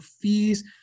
fees